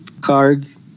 cards